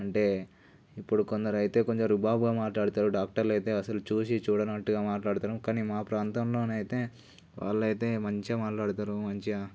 అంటే ఇప్పుడు కొందరు కొంత రుబాబుగా మాట్లాడతారు డాక్టర్లు అయితే అసలు చూసి చూడనట్టుగా మాట్లాడతారు కానీ మా ప్రాంతంలోనైతే వాళ్ళు అయితే మంచిగా మాట్లాడతారు మంచిగా